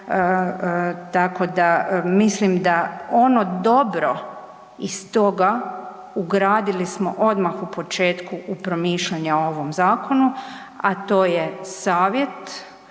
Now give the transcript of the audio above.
tako da mislim da ono dobro iz toga ugradili smo odmah u početku u promišljanja u ovom zakonu, a to je savjet